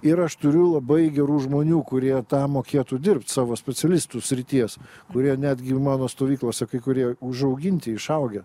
ir aš turiu labai gerų žmonių kurie tą mokėtų dirbt savo specialistų srities kurie netgi mano stovyklose kai kurie užauginti išaugę